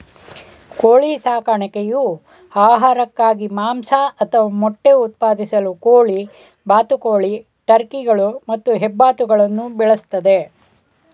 ಕೋಳಿ ಸಾಕಣೆಯು ಆಹಾರಕ್ಕಾಗಿ ಮಾಂಸ ಅಥವಾ ಮೊಟ್ಟೆ ಉತ್ಪಾದಿಸಲು ಕೋಳಿ ಬಾತುಕೋಳಿ ಟರ್ಕಿಗಳು ಮತ್ತು ಹೆಬ್ಬಾತುಗಳನ್ನು ಬೆಳೆಸ್ತದೆ